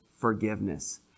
forgiveness